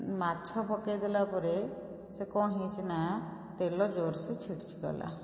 ମାଛ ପକେଇଦେଲା ପରେ ସେ କଣ ହୋଇଛି ନା ତେଲ ଜୋରସେ ଛିଟକି ଗଲା